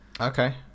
Okay